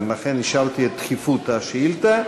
ולכן אישרתי את דחיפות השאילתה.